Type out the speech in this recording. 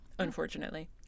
unfortunately